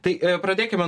tai pradėkime